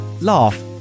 laugh